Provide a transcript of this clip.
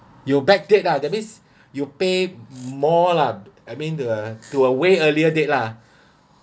you back date lah that means you pay more lah I mean the to a way earlier date lah